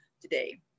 today